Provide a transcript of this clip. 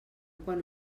quan